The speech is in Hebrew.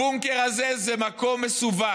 הבונקר הזה זה מקום מסווג,